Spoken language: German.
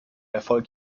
erfolg